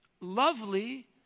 lovely